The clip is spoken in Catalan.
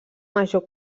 major